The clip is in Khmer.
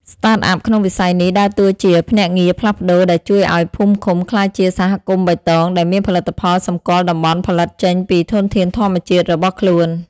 Startup ក្នុងវិស័យនេះដើរតួជាភ្នាក់ងារផ្លាស់ប្តូរដែលជួយឱ្យភូមិឃុំក្លាយជា "សហគមន៍បៃតង" ដែលមានផលិតផលសម្គាល់តំបន់ផលិតចេញពីធនធានធម្មជាតិរបស់ខ្លួន។